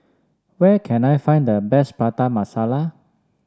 where can I find the best Prata Masala